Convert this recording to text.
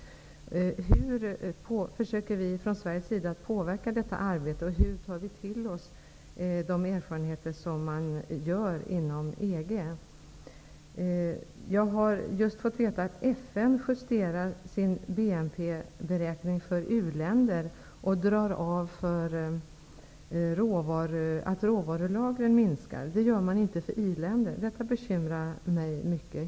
Hur försöker vi från Sveriges sida att påverka detta arbete? Hur tar vi till oss de erfarenheter som man gör inom EG? Jag har just fått veta att FN justerar sin BNP beräkning för u-länder. Där drar man av kostnaderna för att råvarulagren minskar. Det gäller inte för i-länder, vilket bekymrar mig mycket.